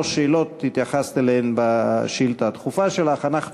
שאלות בשאילתה הדחופה שלך התייחסת אליהם.